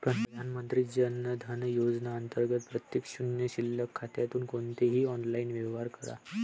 प्रधानमंत्री जन धन योजना अंतर्गत प्रत्येक शून्य शिल्लक खात्यातून कोणतेही ऑनलाइन व्यवहार करा